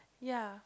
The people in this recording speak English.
ya